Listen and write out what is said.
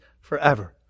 forever